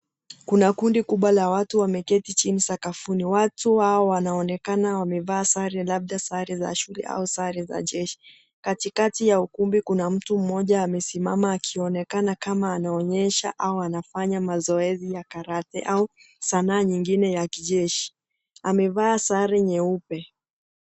Kuna kundi kubwa la watu wameketi chini sakafuni. Watu hawa wanaonekana wamevaa sare labda sare za shule ama za sare za jeshi katikati ya ukumbi kuna mtu mmoja amesimama akionekana kama anaonyesha ama anafanya mazoezi ya karate au Sanaa nyingine ya kijeshi. Amevaa sare nyeupe.